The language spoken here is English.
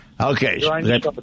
Okay